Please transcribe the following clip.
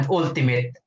ultimate